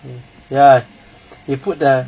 ya you put the